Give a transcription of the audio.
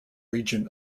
region